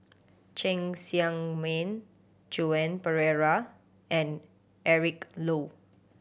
Cheng Tsang Man Joan Pereira and Eric Low